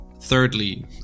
Thirdly